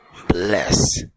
bless